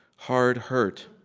hard hurt